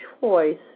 choice